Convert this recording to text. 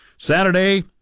Saturday